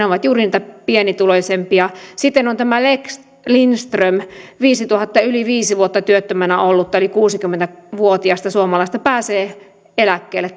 ovat juuri niitä pienituloisimpia sitten on tämä lex lindström eli viisituhatta yli viisi vuotta työttömänä ollutta yli kuusikymmentä vuotiasta suomalaista pääsee eläkkeelle